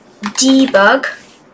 debug